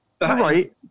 right